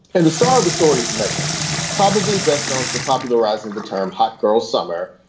and the star the stories making probably best known for popularizing the term hot girls summer,